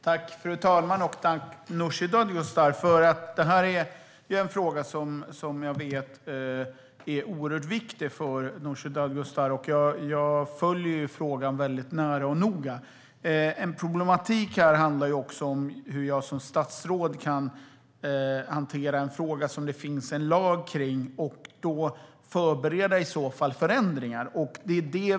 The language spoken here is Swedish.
Fru talman! Jag tackar Nooshi Dadgostar. Jag vet att denna fråga är oerhört viktig för Nooshi Dadgostar, och jag följer frågan nära och noga. En problematik här handlar om hur jag som statsråd kan hantera en fråga som det finns en lag om och i så fall förbereda förändringar.